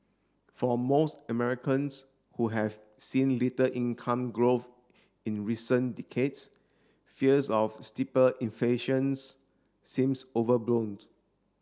for most Americans who have seen little income growth in recent decades fears of steeper inflations seems over bloomed